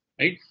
right